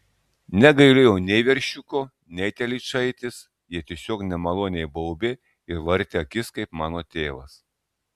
negailėjau nei veršiuko nei telyčaitės jie tiesiog nemaloniai baubė ir vartė akis kaip mano tėvas